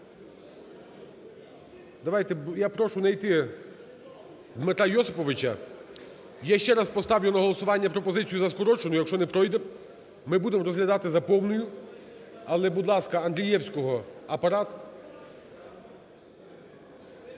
Я прошу найти Дмитра Йосиповича. Я ще раз поставлю на голосування пропозицію за скороченою, якщо не пройде, ми будемо розглядати за повною. Але будь ласка, Андрієвського апарат…